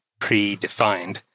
predefined